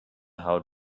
how